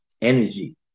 energy